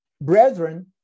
brethren